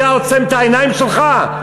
אתה עוצם את העיניים שלך?